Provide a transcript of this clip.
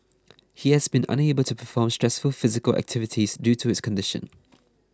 he has been unable to perform stressful physical activities due to his condition